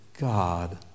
God